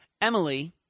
Emily